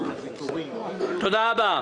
תודה רבה.